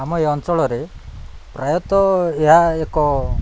ଆମ ଏ ଅଞ୍ଚଳରେ ପ୍ରାୟତଃ ଏହା ଏକ